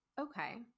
Okay